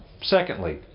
Secondly